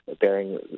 bearing